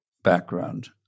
background